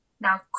Now